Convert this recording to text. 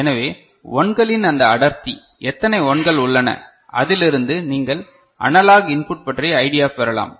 எனவே 1 களின் இந்த அடர்த்தி எத்தனை 1 கள் உள்ளன அதிலிருந்து நீங்கள் அனலாக் இன்புட் பற்றிய ஐடியா பெறலாம்